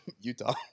Utah